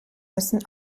müssen